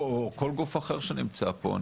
פה או כל גוף אחר שנמצא פה,